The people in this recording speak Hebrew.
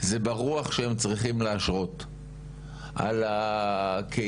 זה ברוח שהם צריכים להשרות על הקהילה,